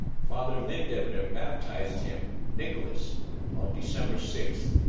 father lindebner baptized him nicholas on december sixth,